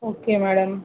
okay madam